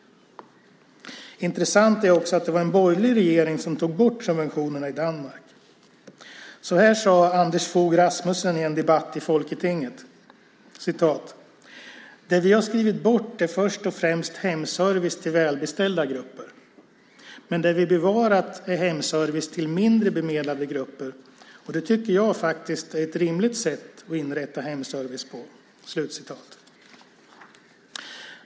Intressant är också att det var en borgerlig regering som tog bort subventionerna i Danmark. Så här sade Anders Foug Rasmussen i en debatt i Folketinget: Det vi har skrivit bort är först och främst hemservice till välbeställda grupper. Det vi bevarat är hemservice till mindre bemedlade grupper. Det tycker jag faktiskt är ett rimligt sätt att inrätta hemservice på.